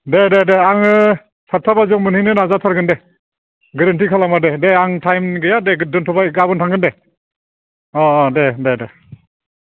दे दे दे आङो सातथा बाजियाव मोनहैनो नाजाथारगोन दे गोरोन्थि खालामा दे दे आं टाइम गैया दे दोनथ'बाय गाबोन थांगोन दे अह अह दे दे